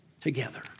together